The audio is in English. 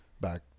Back